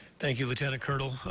thank you, lt. and and colonel.